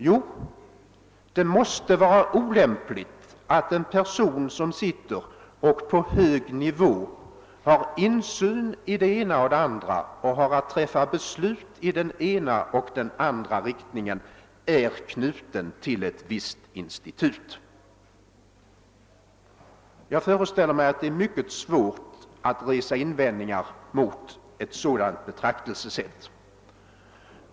Jo, det måste vara olämpligt att en person som på hög nivå får insyn i det ena och det andra och har att fatta beslut i den ena eller andra riktningen är knuten till ett visst institut. Jag föreställer mig att det är mycket svårt att resa invändningar mot ett sådant betraktelsesätt.